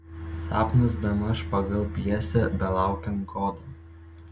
sapnas bemaž pagal pjesę belaukiant godo